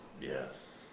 Yes